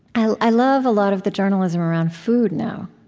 i love a lot of the journalism around food now.